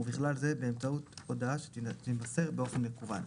ובכלל זה באמצעות הודעה שתימסר באופן מקוון.